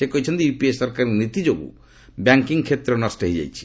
ସେ କହିଛନ୍ତି ୟୁପିଏ ସରକାରଙ୍କ ନୀତି ଯୋଗୁଁ ବ୍ୟାଙ୍କିଙ୍ଗ୍ କ୍ଷେତ୍ର ନଷ୍ଟ ହୋଇଯାଇଛି